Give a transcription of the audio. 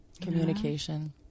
communication